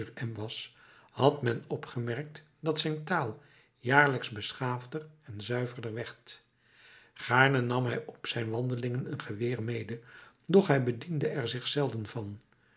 m was had men opgemerkt dat zijn taal jaarlijks beschaafder en zuiverder werd gaarne nam hij op zijn wandelingen een geweer mede doch hij bediende er zich zelden van